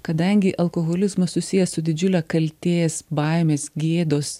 kadangi alkoholizmas susijęs su didžiule kaltės baimės gėdos